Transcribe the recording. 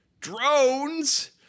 Drones